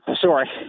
sorry